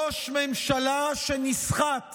ראש ממשלה שנסחט